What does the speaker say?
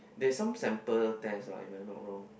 there some sample test ah even not wrong